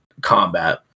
combat